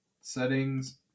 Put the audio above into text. settings